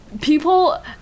people